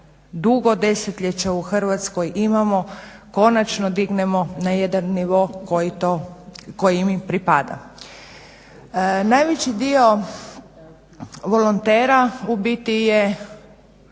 dugo desetljeća u Hrvatskoj imamo, konačno dignemo na jedan nivo koji im pripada. Najveći dio volontera u biti jesu